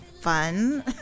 fun